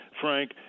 Frank